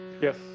Yes।